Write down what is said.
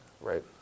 Right